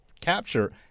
capture